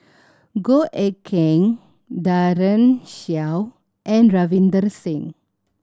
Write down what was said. Goh Eck Kheng Daren Shiau and Ravinder Singh